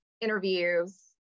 interviews